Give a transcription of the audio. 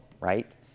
right